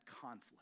conflict